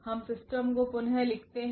हम सिस्टम को पुनः लिखते हैं